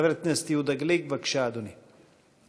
חבר הכנסת יהודה גליק, בבקשה, אדוני.